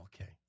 okay